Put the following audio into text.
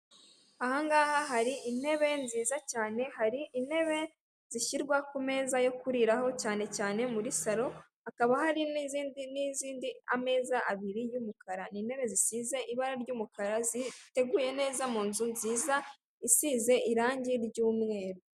Aha ngaha hari intebe nziza cyane hari intebe zishyirwa ku meza yo kuriraho cyana cyane muri saro hakaba hari n'izindi izindi ameza abiri y'umukara ni intebe zisize ibara ry'umukara ziteguye neza mu nzu nziza isize irange ry'umweru.